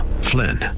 Flynn